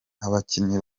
abakinnyi